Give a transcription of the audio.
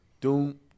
Doom